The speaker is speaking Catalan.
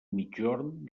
migjorn